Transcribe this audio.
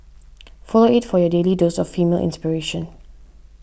follow it for your daily dose of female inspiration